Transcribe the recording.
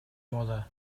moda